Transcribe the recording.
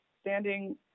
standing